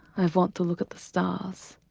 i want to look at the stars.